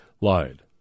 lied